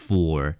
Four